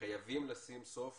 חייבים לשים סוף